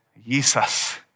Jesus